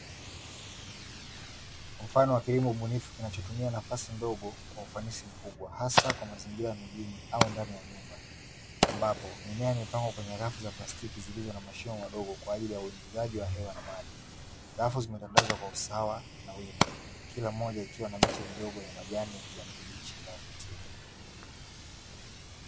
Mfano wa kilimo ubunifu kinachotumia nafasi ndogo kwa ufanisi mkubwa hasa kwa mazingira ya mijini au ndani ya nyumba, ambapo mimea imepangwa kwenye rafu za plastiki zilizo na mashimo madogo kwaajili ya maji na hewa, halafu zimetandazwa kwa usawa na wima kila mmoja ikiwa na miche midogo ya kijani kibichi inayovutia.